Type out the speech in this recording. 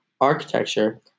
architecture